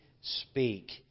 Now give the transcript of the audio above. speak